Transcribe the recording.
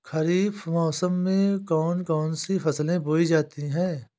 खरीफ मौसम में कौन कौन सी फसलें बोई जाती हैं?